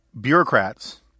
bureaucrats